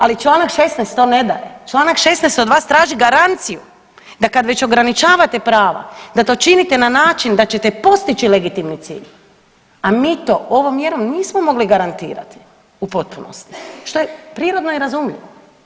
Ali čl. 16. to ne daje, čl. 16. od vas traži garanciju da kad već ograničavate prava da to činite na način da ćete postići legitimni cilj, a mi to ovom mjerom nismo mogli garantirati u potpunosti što je prirodno i razumljivo.